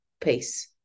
peace